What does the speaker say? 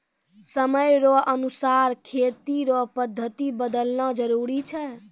समय रो अनुसार खेती रो पद्धति बदलना जरुरी छै